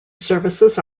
services